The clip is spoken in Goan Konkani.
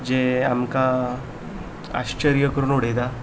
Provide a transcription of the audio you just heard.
जे आमकां आश्चर्य करून उडयता